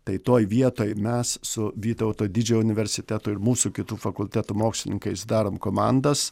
tai toj vietoj mes su vytauto didžiojo universitetu ir mūsų kitų fakultetų mokslininkais darom komandas